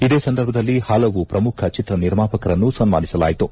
ಇದೇ ಸಂದರ್ಭದಲ್ಲಿ ಹಲವು ಪ್ರಮುಖ ಚಿತ್ರ ನಿರ್ಮಾಪಕರನ್ನು ಸನ್ನಾನಿಸಲಾಯಿತು